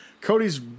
Cody's